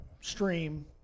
stream